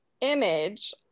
image